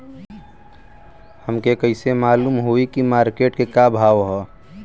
हमके कइसे मालूम होई की मार्केट के का भाव ह?